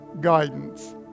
guidance